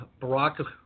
Barack